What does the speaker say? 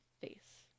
face